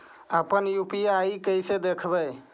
अपन यु.पी.आई कैसे देखबै?